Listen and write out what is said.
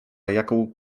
jaką